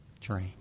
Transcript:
train